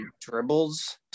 dribbles